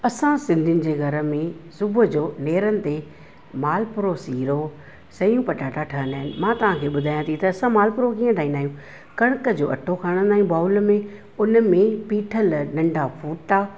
असां सिंधियुनि जे घर में सुबुह जो नेरनि ते मालपुरो सीरो सेव पटाटा ठहंदा आहिनि मां ताव्हांखे ॿुधायां थी त असां मालपुरो कीअं ठाहींदा आहियूं कण्क जो अटो खणंदा आहियूं बाउल में उन में पीठल नंढा फोटा